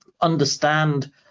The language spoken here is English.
understand